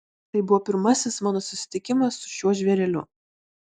tai buvo pirmasis mano susitikimas su šiuo žvėreliu